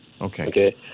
okay